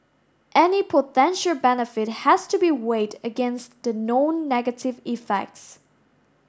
any potential benefit has to be weighed against the known negative effects